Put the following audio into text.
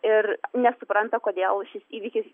ir nesupranta kodėl šis įvykis